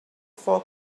for